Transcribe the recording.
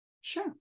Sure